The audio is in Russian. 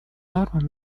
нормам